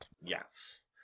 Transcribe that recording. Yes